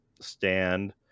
stand